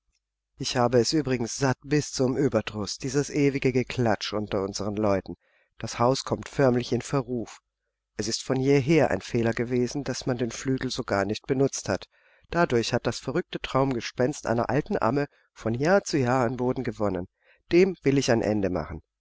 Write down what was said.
ich habe es übrigens satt bis zum ueberdruß dieses ewige geklätsch unter unseren leuten das haus kommt förmlich in verruf es ist von jeher ein fehler gewesen daß man den flügel so gar nicht benutzt hat dadurch hat das verrückte traumgespenst einer alten amme von jahr zu jahr an boden gewonnen dem will ich ein ende machen